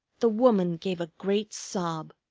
the woman gave a great sob.